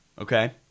Okay